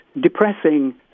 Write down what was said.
depressing